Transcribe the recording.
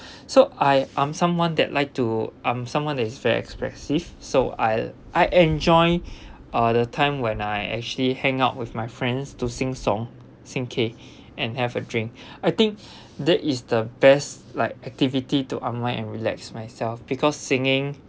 so I I'm someone that like to I'm someone that is very expressive so I'll I enjoy uh the time when I actually hang out with my friends to sing song sing K and have a drink I think that is the best like activity to unwind and relax myself because singing